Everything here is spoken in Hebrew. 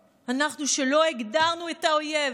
אנחנו, שלא הגדרנו את האויב.